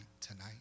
tonight